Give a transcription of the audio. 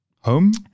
home